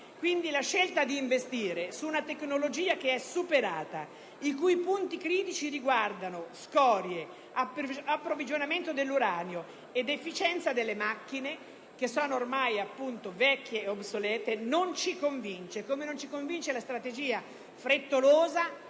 La scelta di investire su una tecnologia superata e i cui punti critici riguardano scorie, approvvigionamento dell'uranio ed efficienza delle macchine (che sono ormai vecchie ed obsolete) non ci convince, così come ci lascia perplessi la strategia frettolosa